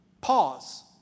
pause